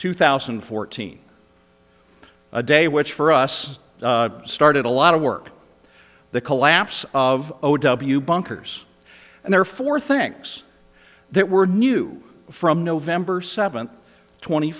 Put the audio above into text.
two thousand and fourteen a day which for us started a lot of work the collapse of o w bunkers and therefore things that were new from november seventh tw